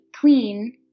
clean